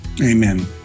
amen